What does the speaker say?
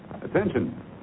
Attention